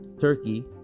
Turkey